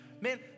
Man